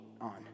on